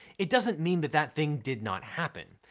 it doesn't mean that that thing did not happen.